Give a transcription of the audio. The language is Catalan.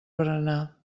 berenar